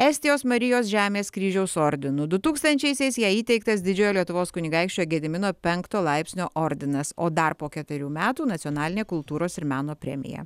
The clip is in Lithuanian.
estijos marijos žemės kryžiaus ordinu du tūkstančiaisiais jai įteiktas didžiojo lietuvos kunigaikščio gedimino penkto laipsnio ordinas o dar po keturių metų nacionalinė kultūros ir meno premija